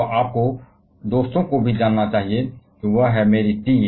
तो आपको दोस्तों को भी जानना चाहिए वह है मेरी टीए